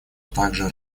также